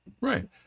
right